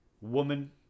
Woman